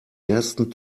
ersten